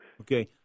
Okay